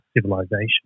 civilization